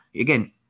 again